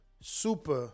Super